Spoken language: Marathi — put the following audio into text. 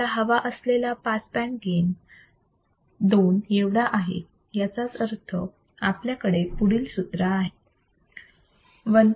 आपल्याला हवा असलेला पास बँड गेन 2 एवढा आहे याचाच अर्थ आपल्याकडे पुढील सूत्र आहे